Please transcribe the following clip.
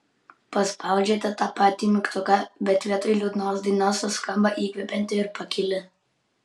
paspaudžiate tą patį mygtuką bet vietoj liūdnos dainos suskamba įkvepianti ir pakili